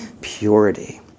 Purity